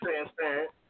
transparent